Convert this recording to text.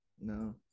No